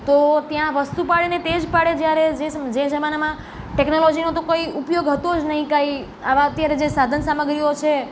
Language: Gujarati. તો ત્યાં વસ્તુપાળ અને તેજપાળે જ્યારે જે જે જમાનામાં ટેકનોલોજીનો તો કોઈ ઉપયોગ હતો જ નઇ કાઇ આમાં અત્યારે જે સાધન સામગ્રીઓ છે